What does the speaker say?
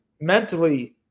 mentally